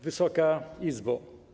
Wysoka Izbo!